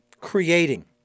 creating